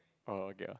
oh okay ah